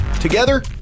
Together